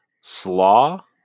slaw